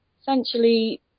essentially